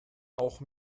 auch